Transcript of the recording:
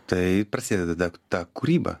tai prasideda ta kūryba